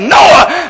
Noah